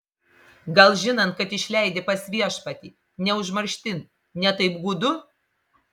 gal žinant kad išleidi pas viešpatį ne užmarštin ne taip gūdu